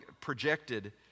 projected